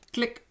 Click